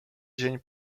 dzień